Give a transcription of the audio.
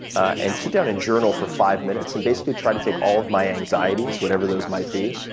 and sit down and journal for five minutes and basically try to take all of my anxieties, whatever those might be,